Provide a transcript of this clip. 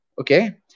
Okay